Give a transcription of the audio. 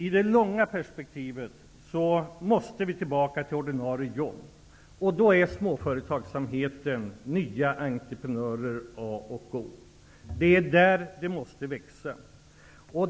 I det långa perspektivet måste vi komma tillbaka till en situation med ordinarie jobb. Då är småföretagsamheten, nya entreprenörer, A och O. Det är där som det måste växa.